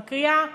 היא מקריאה מייל: